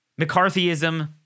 McCarthyism